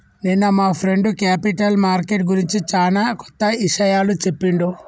నిన్న మా friend capital market గురించి చానా కొత్త ఇషయాలు చెప్పిండు